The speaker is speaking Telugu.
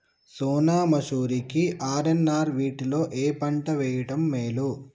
సోనా మాషురి కి ఆర్.ఎన్.ఆర్ వీటిలో ఏ పంట వెయ్యడం మేలు?